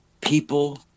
people